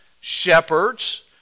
shepherds